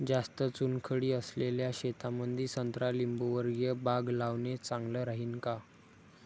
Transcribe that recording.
जास्त चुनखडी असलेल्या शेतामंदी संत्रा लिंबूवर्गीय बाग लावणे चांगलं राहिन का?